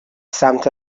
سمت